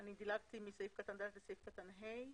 דילגתי מסעיף קטן (ד) לסעיף קטן (ה).